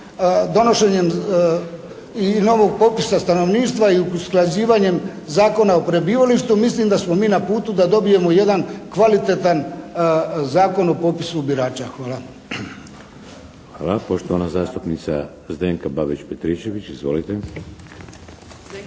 drugim i novog popisa stanovništva i usklađivanjem Zakona o prebivalištu mislim da smo mi na putu da dobijemo jedan kvalitetan Zakon o popisu birača. Hvala. **Šeks, Vladimir (HDZ)** Hvala. Poštovana zastupnica Zdenka Babić Petričević. Izvolite.